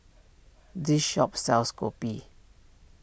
this shop sells Kopi